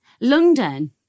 London